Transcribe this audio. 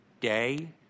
day